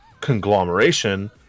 conglomeration